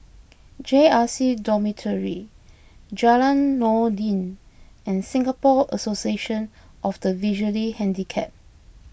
J R C Dormitory Jalan Noordin and Singapore Association of the Visually Handicapped